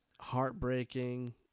heartbreaking